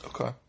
Okay